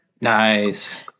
Nice